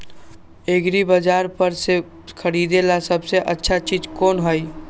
एग्रिबाजार पर से खरीदे ला सबसे अच्छा चीज कोन हई?